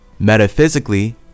Metaphysically